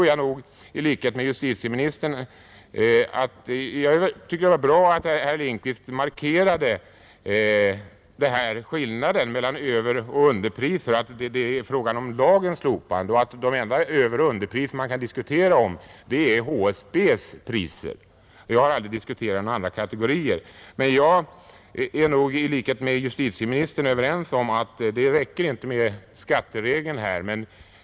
Jag tycker att det var bra att herr Lindkvist markerade skillnaden mellan överoch underpriser och att det är fråga om lagens slopande. De enda överoch underpriser man kan diskutera om är HSB:s priser. Jag har aldrig diskuterat några andra kategorier. Jag är överens med justitieministern om att det här inte räcker med skatteregeln.